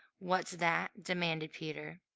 what's that? demanded peter,